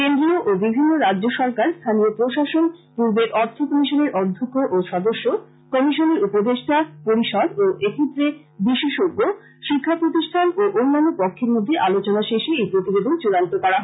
কেন্দ্রীয় ও বিভিন্ন রাজ্য সরকার স্থানীয় প্রশাসন পূর্বের অর্থ কমিশনের অধ্যক্ষ ও সদস্য কমিশনের উপদেষ্টা পরিষদ ও এক্ষেত্রে বিশেষজ্ঞ শিক্ষা প্রতিষ্ঠান অন্যান্য পক্ষের মধ্যে আলোচনা শেষে এই প্রতিবেদন চড়ান্ত করা হয়